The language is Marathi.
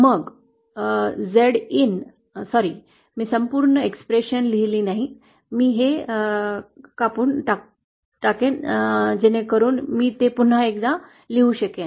मग झेड इन सॉरी मी संपूर्ण अभिव्यक्ती लिहिली नाही मी हे कापून टाकेन जेणेकरून मी ते पुन्हा एकदा लिहू शकेन